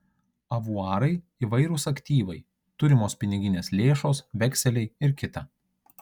avuarai įvairūs aktyvai turimos piniginės lėšos vekseliai ir kita